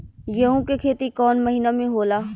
गेहूं के खेती कौन महीना में होला?